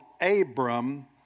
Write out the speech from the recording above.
Abram